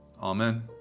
Amen